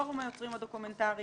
פורום היוצרים הדוקומנטריים,